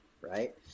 right